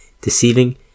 deceiving